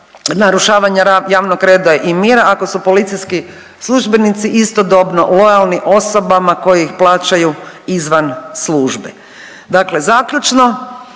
narušavanja javnog reda i mira ako su policijski službenici istodobno lojalni osobama koje ih plaćaju izvan službe. Dakle, zaključno